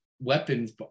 weapons